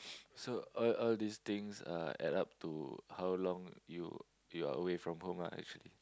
so all all this things Uh add up to how long you you are away from home ah actually